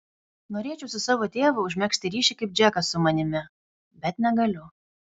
norėčiau su savo tėvu užmegzti ryšį kaip džekas su manimi bet negaliu